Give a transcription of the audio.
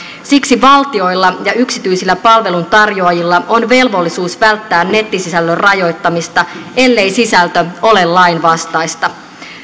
siksi valtioilla ja yksityisillä palveluntarjoajilla on velvollisuus välttää nettisisällön rajoittamista ellei sisältö ole lainvastaista